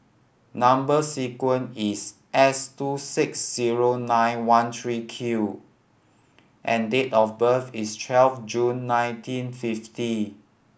number sequence is S two six zero nine one three Q and date of birth is twelve June nineteen fifty